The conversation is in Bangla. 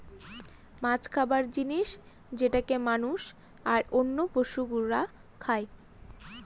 মাছ খাবার জিনিস যেটাকে মানুষ, আর অন্য পশুরা খাই